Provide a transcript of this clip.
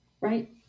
Right